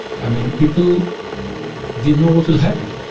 i mean, people didn't know what will happen.